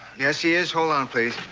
yes, he is. hold on, please.